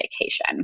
vacation